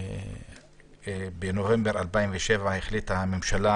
בנובמבר 2007 החליטה הממשלה